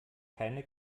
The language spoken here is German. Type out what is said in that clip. keine